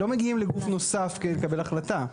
לא מגיעים לגוף נוסף כדי לקבל החלטה.